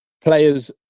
players